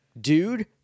dude